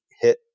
hit